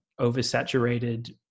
oversaturated